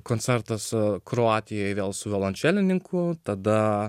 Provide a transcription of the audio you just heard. koncertas kroatijoje vėl su violončelininku tada